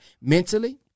Mentally